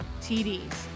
TDs